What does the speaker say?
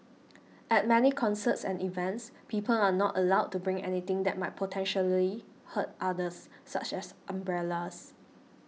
at many concerts and events people are not allowed to bring anything that might potentially hurt others such as umbrellas